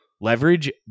leverage